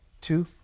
two